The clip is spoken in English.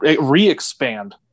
re-expand